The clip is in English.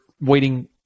waiting